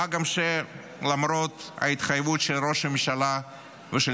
מה גם שלמרות ההתחייבות של ראש הממשלה ושל